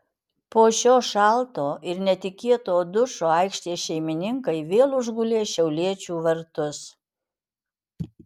po šio šalto ir netikėto dušo aikštės šeimininkai vėl užgulė šiauliečių vartus